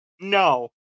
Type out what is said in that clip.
No